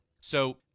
So-